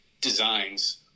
designs